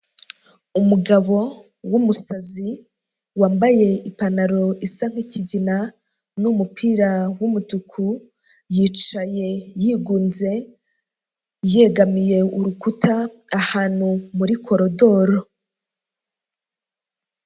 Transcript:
Umugabo w'umusazi wambaye ipantaro isa nk'ikigina n'umupira w'umutuku yicaye yigunze yegamiye urukuta ahantu muri koridoro.